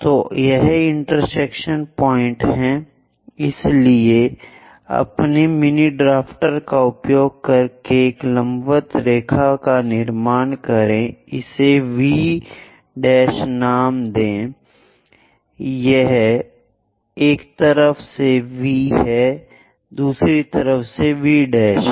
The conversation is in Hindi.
तो यह इंटरसेक्शन बिंदु है इसलिए अपने मिनी ड्राफ्टर का उपयोग करके एक लंबवत रेखा का निर्माण करें इसे V नाम दें एक तरफ हमारे पास V है दूसरी तरफ V' है